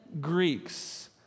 Greeks